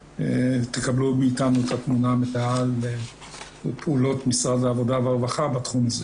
תקבלו מאיתנו את התמונה המלאה על פעולות משרד העבודה והרווחה בתחום הזה.